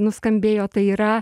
nuskambėjo tai yra